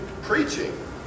preaching